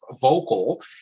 vocal